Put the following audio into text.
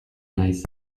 naiz